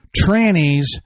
trannies